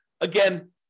Again